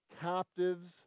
captives